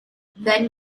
then